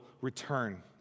return